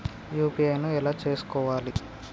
UPI ను ఎలా చేస్కోవాలి?